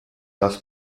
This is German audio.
das